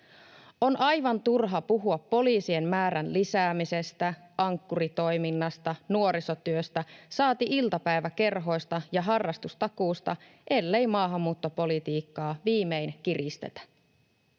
On aivan turha puhua poliisien määrän lisäämisestä, Ankkuri-toiminnasta, nuorisotyöstä, saati iltapäiväkerhoista ja harrastustakuusta ellei maahanmuuttopolitiikkaa viimein kiristetä.